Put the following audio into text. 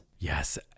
Yes